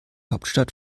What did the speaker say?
hauptstadt